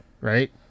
Right